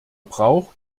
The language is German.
braucht